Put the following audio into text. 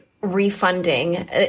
refunding